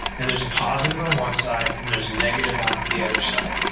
and there's a positive on one side, and there's a negative on the other side.